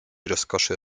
rozkoszy